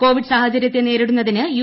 Covid സാഹചര്യത്തെ നേരിടുന്നതിന് U